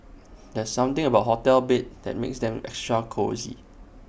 there's something about hotel beds that makes them extra cosy